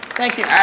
thank you.